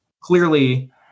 clearly